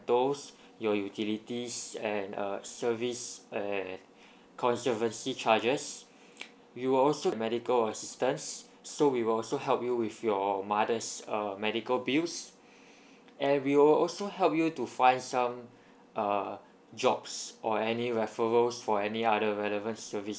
your utilities and uh service uh conservancy charges we will also the medical assistance so we will also help you with your mother's err medical bills and we will also help you to find some err jobs or any referrals for any other relevant services